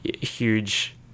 huge